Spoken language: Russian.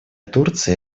турции